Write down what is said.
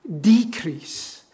decrease